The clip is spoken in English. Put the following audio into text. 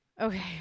okay